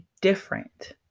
different